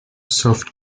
served